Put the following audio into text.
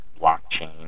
blockchain